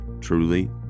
truly